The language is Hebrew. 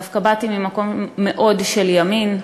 דווקא באתי ממקום מאוד של ימין,